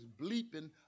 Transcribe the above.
bleeping